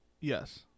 Yes